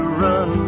run